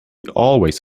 always